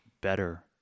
better